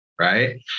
right